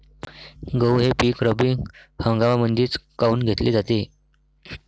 गहू हे पिक रब्बी हंगामामंदीच काऊन घेतले जाते?